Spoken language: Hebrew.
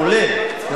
מעולה.